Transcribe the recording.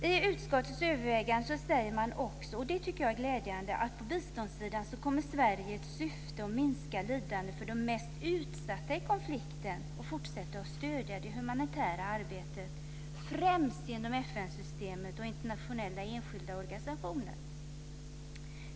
I utskottets överväganden säger man också, och det tycker jag är glädjande: "På biståndssidan kommer Sverige, i syfte att minska lidandet för de mest utsatta i konflikten, att fortsätta stödja det humanitära arbetet, främst genom FN-systemet och internationella enskilda organisationer."